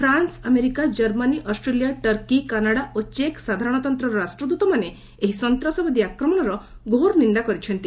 France America Germany Australia Turkey Canada ଓ ଚେକ୍ ସାଧାରଣତନ୍ତ୍ରର ରାଷ୍ଟ୍ରଦୃତମାନେ ଏହି ସନ୍ତାସବାଦୀ ଆକ୍ମଣ ଘୋର ନିନ୍ଦା କରିଛନ୍ତି